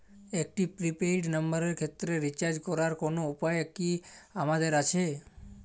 একটি prepaid নম্বরের ক্ষেত্রে রিচার্জ করার কোনো উপায় কি আমাদের আছে?